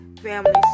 family